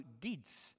deeds